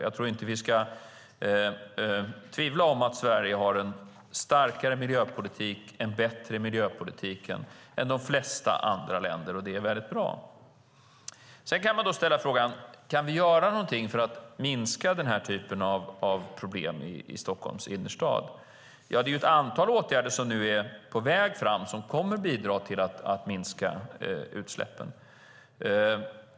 Jag tror inte att vi ska tvivla på att Sverige har en starkare och bättre miljöpolitik än de flesta andra länder, och det är väldigt bra. Kan vi då göra något för att minska denna typ av problem i Stockholms innerstad? Det är ett antal åtgärder som nu är på väg fram och som kommer att bidra till att minska utsläppen.